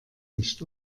nicht